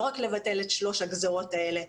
לא רק לבטל את שלוש הגזרות האלה.